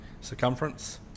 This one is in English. circumference